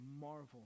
marvel